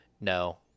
No